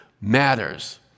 matters